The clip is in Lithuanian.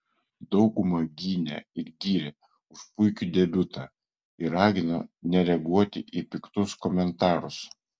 dauguma gynė ir gyrė už puikų debiutą ir ragino nereaguoti į piktus komentarus